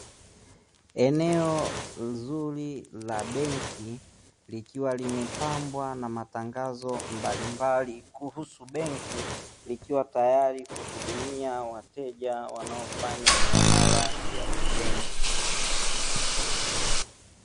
Eneo nzuri la benki likiwa limepambwa na matangazo mbalimbali kuhusu benki, ikiwa tayari kuhudumia wateja wanaofanya miamala ya kibenki.